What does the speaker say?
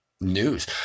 news